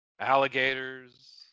Alligators